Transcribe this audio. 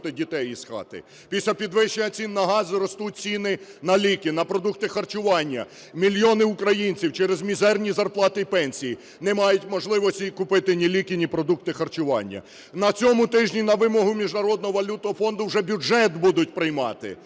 Після підвищення цін на газ ростуть ціни на ліки, на продукти харчування, мільйони українців через мізерні зарплати і пенсії не мають можливості і купити ні ліки, ні продукти харчування. На цьому тижні на вимогу Міжнародного валютного фонду вже бюджет будуть приймати.